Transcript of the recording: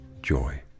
joy